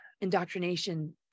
indoctrination